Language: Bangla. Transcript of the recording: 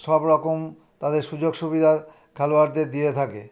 সব রকম তাদের সুযোগ সুবিধা খেলোয়াড়দের দিয়ে থাকে